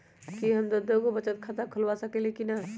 कि हम दो दो गो बचत खाता खोलबा सकली ह की न?